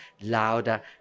louder